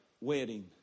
wedding